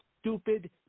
stupid